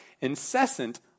incessant